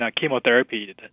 chemotherapy